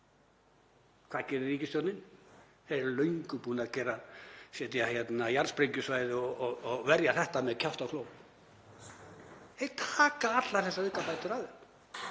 hvað gerir ríkisstjórnin þá? Þeir eru löngu búnir að setja þarna jarðsprengjusvæði og verja þetta með kjafti og klóm. Þeir taka allar þessar aukabætur af þeim.